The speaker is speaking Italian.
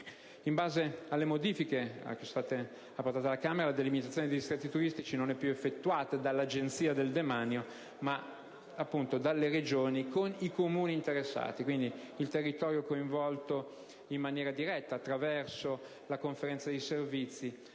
In base alle modifiche apportate dalla Camera, la delimitazione dei distretti turistici non è più effettuata dall'Agenzia del demanio ma dalle Regioni, d'intesa con i Comuni interessati. Quindi, il territorio viene coinvolto in maniera diretta attraverso la conferenza dei servizi,